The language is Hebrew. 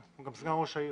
הוא גם סגן ראש העיר.